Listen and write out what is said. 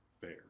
fair